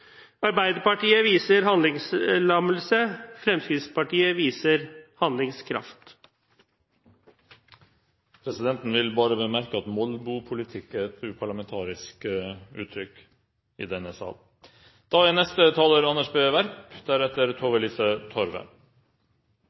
Arbeiderpartiet viser handlingslammelse, Fremskrittspartiet viser handlingskraft. Presidenten vil bemerke at «molbopolitikk» er et uparlamentarisk uttrykk i denne sal.